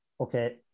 Okay